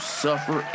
suffer